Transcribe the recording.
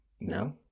No